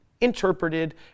interpreted